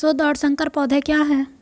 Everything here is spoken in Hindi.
शुद्ध और संकर पौधे क्या हैं?